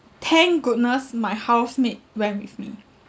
thank goodness my housemate went with me